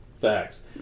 Facts